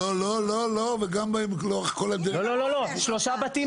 נת"ע